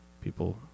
people